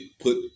put